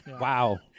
Wow